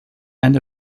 and